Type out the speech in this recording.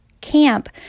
camp